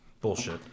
bullshit